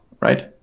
right